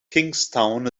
kingstown